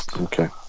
okay